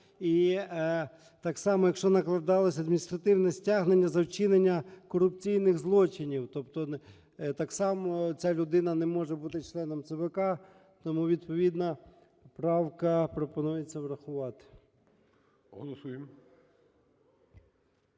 І так само, якщо накладалися адміністративні стягнення за вчинення корупційних злочинів, тобто так само ця людина не може бути членом ЦВК. Тому відповідну правку пропонується врахувати.